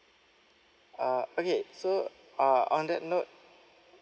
oh okay so uh on that note